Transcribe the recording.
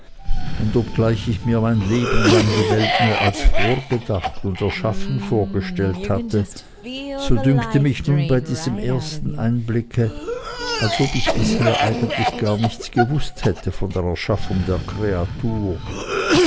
und obgleich ich mir mein leben lang die welt nur als vorgedacht und erschaffen vorgestellt hatte so dünkte mich nun bei diesem ersten einblicke als ob ich bisher eigentlich gar nichts gewußt hätte von der erschaffung der kreatur